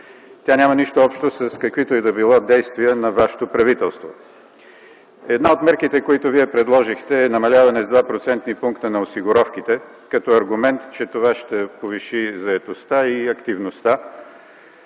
тя няма нищо общо с каквито и да било действия на вашето правителство. Една от мерките, която Вие предложихте, е намаляване с 2-процентни пункта на осигуровките като аргумент, че това ще повиши заетостта и активността.